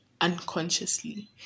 unconsciously